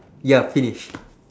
ya finish